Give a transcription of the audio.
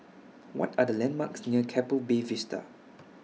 What Are The landmarks near Keppel Bay Vista